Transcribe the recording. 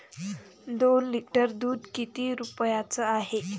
दोन लिटर दुध किती रुप्याचं हाये?